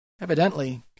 Evidently